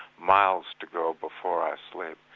miles to go before i sleep.